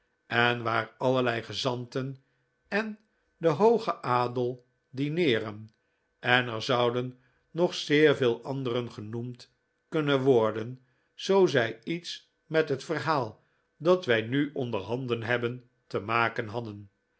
en waar allerlei gezanten en de hooge adel dineeren en er zouden nog zeer veel anderen genoemd kunnen worden zoo zij iets met het verhaal dat wij nu onderhanden hebben te maken hadden